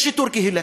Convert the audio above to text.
יש שיטור קהילתי,